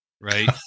right